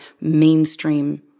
mainstream